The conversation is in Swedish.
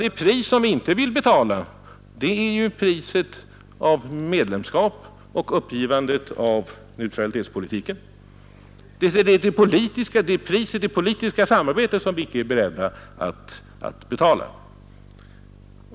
Det pris i fråga om det politiska samarbetet som vi inte är beredda att betala är ju medlemskap och uppgivandet av neutralitetspolitiken.